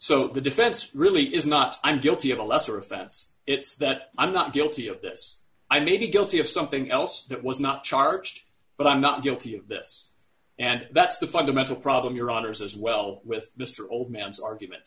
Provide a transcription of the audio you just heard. so the defense really is not i'm guilty of a lesser offense it's that i'm not guilty of this i may be guilty of something else that was not charged but i'm not guilty of this and that's the fundamental problem your honour's as well with mr old man's argument